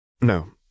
No